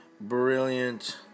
brilliant